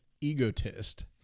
egotist